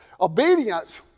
Obedience